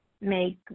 make